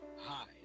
Hi